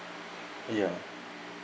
ya